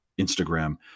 Instagram